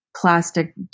plastic